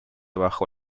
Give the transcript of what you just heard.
bajo